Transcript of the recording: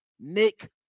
Nick